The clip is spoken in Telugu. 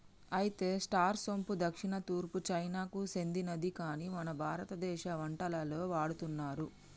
అయితే స్టార్ సోంపు దక్షిణ తూర్పు చైనాకు సెందినది కాని మన భారతదేశ వంటలలో వాడుతున్నారు